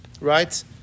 right